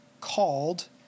called